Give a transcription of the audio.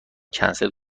کنسل